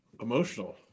Emotional